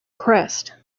crest